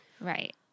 Right